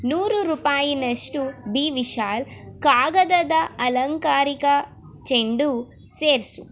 ನೂರು ರೂಪಾಯಿಯಷ್ಟು ಬಿ ವಿಶಾಲ್ ಕಾಗದದ ಅಲಂಕಾರಿಕ ಚೆಂಡು ಸೇರಿಸು